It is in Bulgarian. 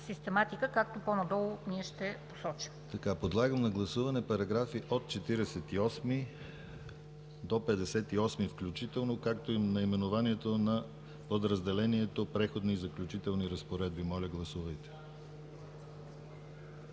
систематика, както по-надолу ние ще посочим. ПРЕДСЕДАТЕЛ ДИМИТЪР ГЛАВЧЕВ: Подлагам на гласуване параграфи от 48 до 58 включително, както и наименованието на подразделението „Преходни и заключителни разпоредби“. Моля, гласувайте.